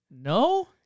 No